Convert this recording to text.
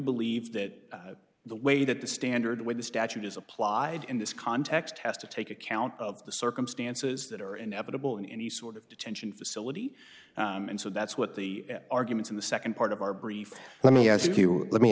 believe that the way that the standard when the statute is applied in this context has to take account of the circumstances that are inevitable in any sort of detention facility and so that's what the arguments in the nd part of our brief let me ask you let me